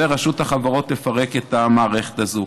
ורשות החברות תפרק את המערכת הזו.